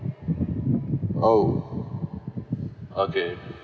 oh okay